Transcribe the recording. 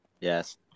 Yes